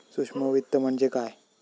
सूक्ष्म वित्त म्हणजे काय?